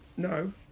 No